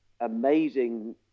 amazing